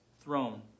throne